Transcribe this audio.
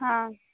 ହଁ